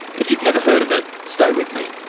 if you've never heard of it, stay with me.